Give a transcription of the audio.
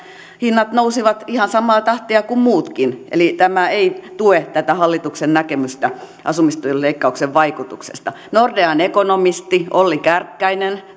hinnat nousivat ihan samaa tahtia kuin muutkin eli tämä ei tue hallituksen näkemystä asumistuen leikkauksen vaikutuksesta nordean ekonomisti olli kärkkäinen